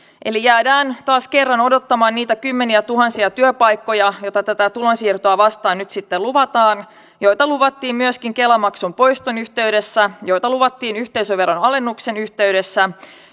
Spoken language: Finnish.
eli jäädään taas kerran odottamaan niitä kymmeniätuhansia työpaikkoja joita tätä tulonsiirtoa vastaan nyt sitten luvataan joita luvattiin myöskin kela maksun poiston yhteydessä joita luvattiin yhteisöveron alennuksen yhteydessä